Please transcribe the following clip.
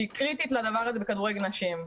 שהיא קריטית לכדורגל נשים.